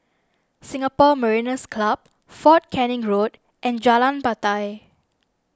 Singapore Mariners' Club fort Canning Road and Jalan Batai